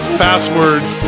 passwords